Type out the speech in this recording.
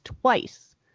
twice